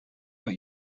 but